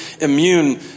immune